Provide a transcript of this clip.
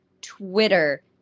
Twitter